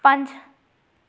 ਪੰਜ